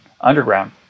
underground